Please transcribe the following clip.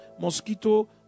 mosquito